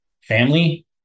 family